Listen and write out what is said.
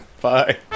bye